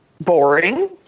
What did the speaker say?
boring